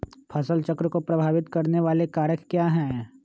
फसल चक्र को प्रभावित करने वाले कारक क्या है?